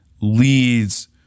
leads